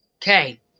Okay